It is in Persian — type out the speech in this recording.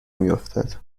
میافتد